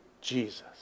Jesus